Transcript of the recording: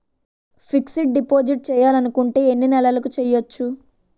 Fixed deposit చేయాలి అనుకుంటే ఎన్నే నెలలకు చేయొచ్చు?